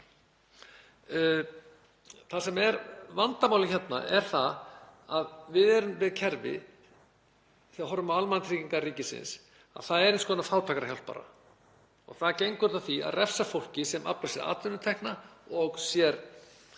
Það sem er vandamálið hérna er það að við erum með kerfi, þegar við horfum á almannatryggingar ríkisins, sem er eins konar fátækrahjálp. Það gengur út á að refsa fólki sem aflar sér atvinnutekna, aflar